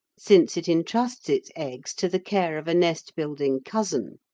since it entrusts its eggs to the care of a nest-building cousin.